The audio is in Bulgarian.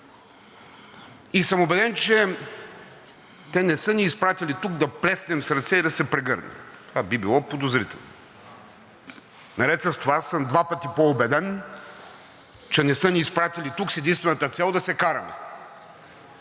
и съм убеден, че те не са ни изпратили тук да плеснем с ръце и да се прегърнем. Това би било подозрително. Наред с това аз съм два пъти по-убеден, че не са ни изпратили тук с единствената цел да се караме